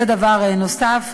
זה דבר נוסף.